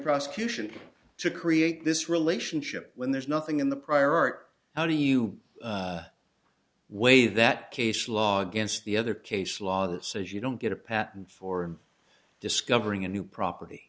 prosecution to create this relationship when there's nothing in the prior art how do you weigh that case law against the other case law that says you don't get a patent for discovering a new property